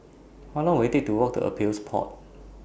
How Long Will IT Take to Walk to Appeals Board